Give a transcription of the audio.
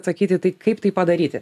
atsakyti tai kaip tai padaryti